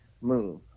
move